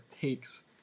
takes